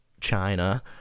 china